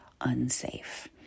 unsafe